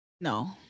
No